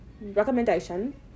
recommendation